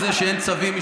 שימו בצד את